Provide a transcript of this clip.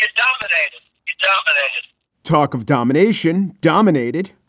and dominate dominate talk of domination dominated